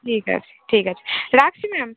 ঠিক আছে ঠিক আছে রাখছি ম্যাম